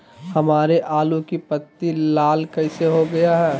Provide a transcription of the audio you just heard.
हमारे आलू की पत्ती लाल कैसे हो गया है?